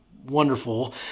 Wonderful